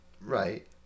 Right